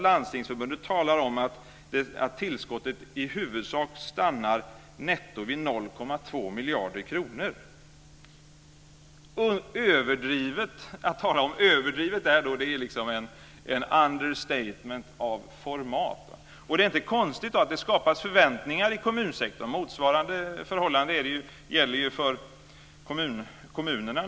Landstingsförbundet talar om att tillskottet i huvudsak stannar vid 0,2 miljarder kronor netto. Att då tala om "överdrivet" är ett understatement av format. Det är inte konstigt att det då skapas förväntningar i kommunsektorn, för motsvarande förhållande gäller naturligtvis för kommunerna.